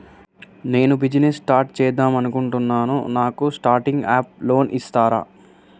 నేను business start చేద్దామనుకుంటున్నాను నాకు స్టార్టింగ్ అప్ లోన్ ఇస్తారా?